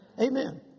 Amen